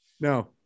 no